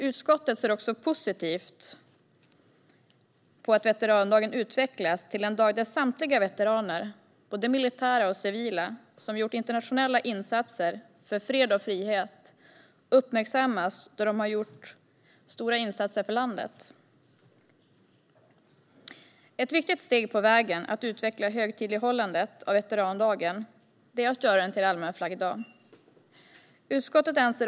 Utskottet ser också positivt på att veterandagen utvecklas till en dag där samtliga veteraner, både militära och civila, som gjort internationella insatser för fred och frihet, uppmärksammas. De har gjort stora insatser för landet. Ett viktigt steg på vägen att utveckla högtidlighållandet av veterandagen är att göra den till allmän flaggdag.